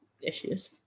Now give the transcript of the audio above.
issues